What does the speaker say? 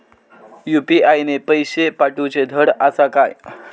UPI ने पैशे पाठवूचे धड आसा काय?